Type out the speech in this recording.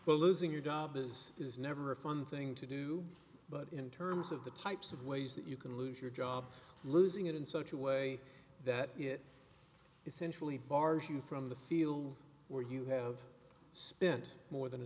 well losing your job is is never a fun thing to do but in terms of the types of ways that you can lose your job losing it in such a way that it essentially bars you from the field where you have spent more than a